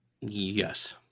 Yes